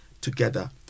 together